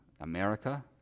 America